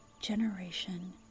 generation